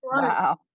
Wow